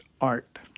art